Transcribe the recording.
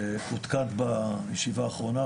שעודכן בישיבה האחרונה,